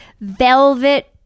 velvet